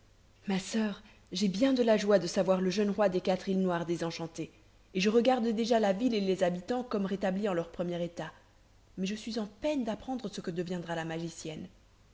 ma soeur j'ai bien de la joie de savoir le jeune roi des quatre îles noires désenchanté et je regarde déjà la ville et les habitants comme rétablis en leur premier état mais je suis en peine d'apprendre ce que deviendra la magicienne